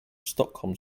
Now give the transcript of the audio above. stockholm